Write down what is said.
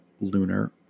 lunar